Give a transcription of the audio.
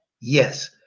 yes